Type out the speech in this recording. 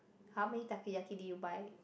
how many Takoyaki did you buy